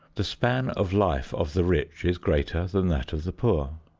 the span of life of the rich is greater than that of the poor.